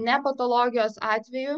ne patologijos atveju